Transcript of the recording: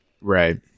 right